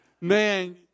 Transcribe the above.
man